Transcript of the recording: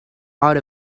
out